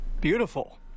Beautiful